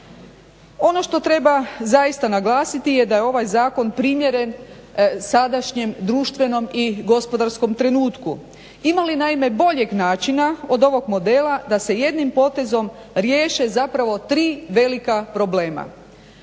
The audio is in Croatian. Ono što treba zaista naglasiti da je ovaj zakon primjeren sadašnjem društvenom i gospodarskom trenutku. Ima li naime boljeg načina od ovog modela da se jednim potezom riješe tri velika problema.